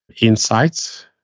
insights